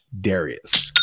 Darius